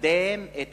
לקדם את